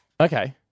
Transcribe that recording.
Okay